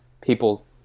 people